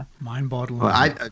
Mind-boggling